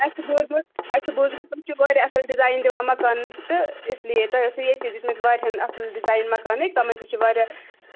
اَسہِ چھِ بوٗزمُت اَسہِ چھِ بوٗزمُت تِم چھِ واریاہ اَصٕل ڈِزایِن دِوان مَکانٕکۍ تہٕ اِسلیے تۄہہِ ٲسۍوٕ ییٚتہِ تہِ دِتۍمٕتۍ واریاہَن اَصٕل ڈِزایِن مَکانٕکۍ تِمَن تہِ چھِ واریاہ